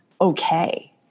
okay